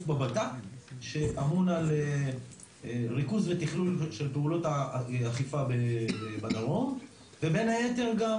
בבט"פ שאמון על ריכוז ותכנון של פעולות האכיפה בדרום ובין היתר גם